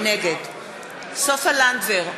נגד סופה לנדבר,